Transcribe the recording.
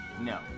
No